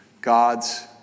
God's